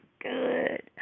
good